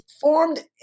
formed